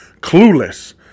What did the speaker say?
clueless